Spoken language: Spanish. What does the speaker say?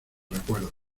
recuerdos